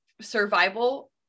survival